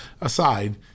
aside